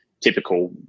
typical